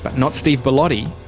but not steve bellotti.